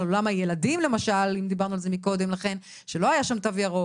אתן לדוגמה את תחום התרבות לילדים שלא היה שם תו ירוק